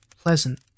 Pleasant